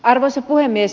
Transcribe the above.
arvoisa puhemies